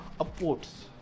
upwards